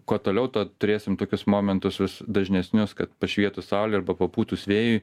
kuo toliau tuo turėsim tokius momentus vis dažnesnius kad pašvietus saulei arba papūtus vėjui